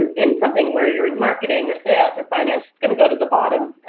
and in something where you're in marketing or sales or finance, it's going to go to the bottom,